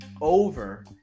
over